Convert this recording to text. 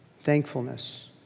thankfulness